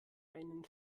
einen